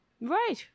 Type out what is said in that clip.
right